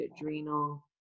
adrenal